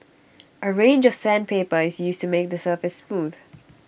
A range of sandpaper is used to make the surface smooth